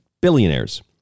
billionaires